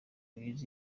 kibi